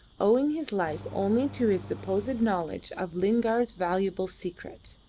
owing his life only to his supposed knowledge of lingard's valuable secret.